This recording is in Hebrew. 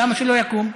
למה שלא יקום?